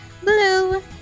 blue